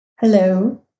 Hello